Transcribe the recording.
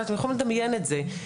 אתם יכולים לדמיין את זה,